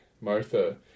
Martha